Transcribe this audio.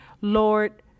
Lord